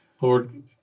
Lord